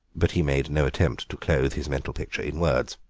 but he made no attempt to clothe his mental picture in words.